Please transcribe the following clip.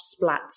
splats